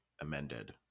amended